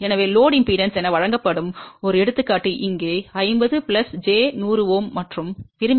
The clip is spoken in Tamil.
எனவே சுமை மின்மறுப்பு என வழங்கப்படும் ஒரு எடுத்துக்காட்டு இங்கே 50 j 100 Ω மற்றும் விரும்பிய 50Ω ஆகும்